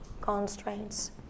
constraints